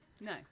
No